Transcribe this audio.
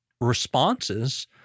responses